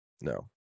No